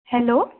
hello